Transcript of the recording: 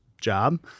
job